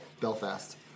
Belfast